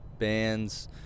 bands